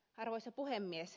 arvoisa puhemies